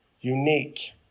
unique